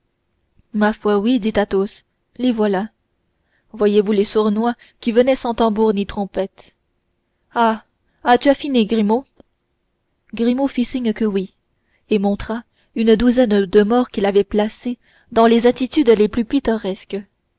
ma foi oui dit athos les voilà voyez-vous les sournois qui venaient sans tambours ni trompettes ah ah tu as fini grimaud grimaud fit signe que oui et montra une douzaine de morts qu'il avait placés dans les attitudes les plus pittoresques